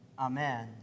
Amen